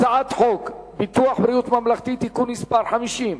הצעת חוק ביטוח בריאות ממלכתי (תיקון מס' 50),